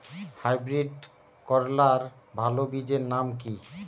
Hybrid করলার ভালো বীজের নাম কি?